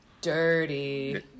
Dirty